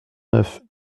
neuf